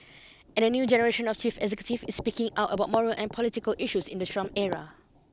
and a new generation of chief executives is speaking out about moral and political issues in the Trump era